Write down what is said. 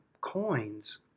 Coins